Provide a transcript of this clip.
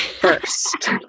first